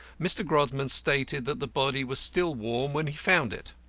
mr. grodman stated that the body was still warm when he found it.